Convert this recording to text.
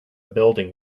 building